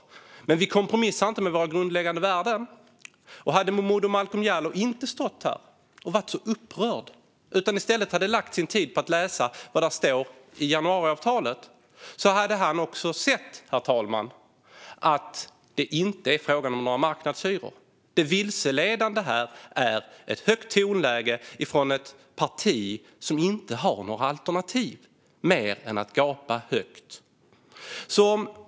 Men vi kompromissar inte med våra grundläggande värden. Hade Momodou Malcolm Jallow inte stått här och varit så upprörd utan i stället hade lagt sin tid på att läsa vad som står i januariavtalet hade han också sett att det inte är fråga om några marknadshyror. Det vilseledande här är ett högt tonläge från ett parti som inte har några alternativ mer än att gapa högt.